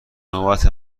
نوبت